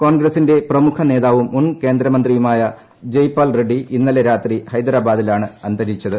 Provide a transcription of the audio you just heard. കോൺഗ്രസിന്റെ പ്രമുഖ നേതാവും മുൻ കേന്ദ്രമന്ത്രിയുമായ ജയ്പാൽ റെഡ്ഡി ഇന്നലെ രാത്രി ഹൈദരാബാദിലാണ് അന്തരിച്ചത്